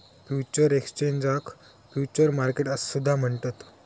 futures एक्सचेंजाक futures market सुद्धा म्हणतत